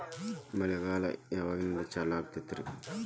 ಮಳೆಗಾಲ ಯಾವಾಗಿನಿಂದ ಚಾಲುವಾಗತೈತರಿ?